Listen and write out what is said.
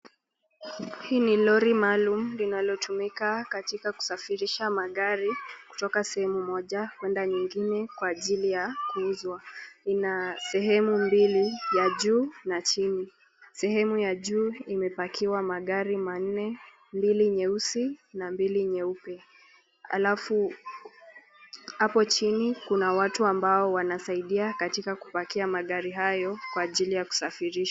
Hii ni Lori maalum linalotumika katika kusafirisha magari kutoka sehemu moja kwenda nyingine kwa ajili ya kuuzwa. Lina sehemu mbili ya juu na chini. Sehemu ya juu ime[pakiwa] magari manne, mbili nyeusi na mbili nyeupe, alafu hapo chini kuna watu ambao wanasaidia katika kupakia magari hayo kwa ajili ya kusafirishwa.